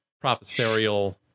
professorial